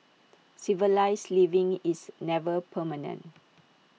civilised living is never permanent